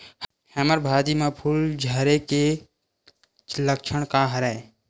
हमर भाजी म फूल झारे के लक्षण का हरय?